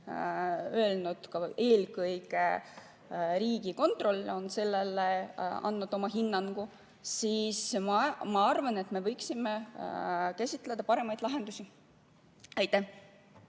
öelnud, aga eelkõige on Riigikontroll sellele andnud oma hinnangu, siis ma arvan, et me võiksime käsitleda paremaid lahendusi.